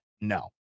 No